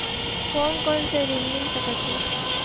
कोन कोन से ऋण मिल सकत हे?